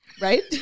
right